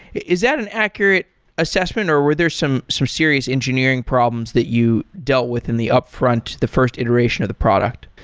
is is that an accurate assessment, or were there's some some serious engineering problems that you dealt with in the upfront, the first iteration of the product?